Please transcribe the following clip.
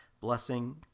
Blessing